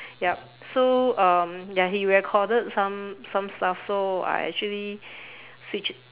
yup so um ya he recorded some some stuff so I actually switch it